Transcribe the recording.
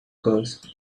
curse